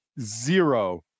zero